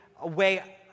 away